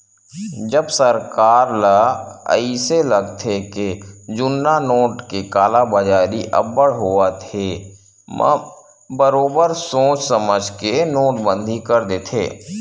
जब सरकार ल अइसे लागथे के जुन्ना नोट के कालाबजारी अब्बड़ होवत हे म बरोबर सोच समझ के नोटबंदी कर देथे